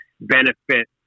benefit